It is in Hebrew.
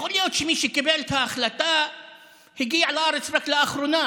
יכול להיות שמי שקיבל את ההחלטה הגיע לארץ רק לאחרונה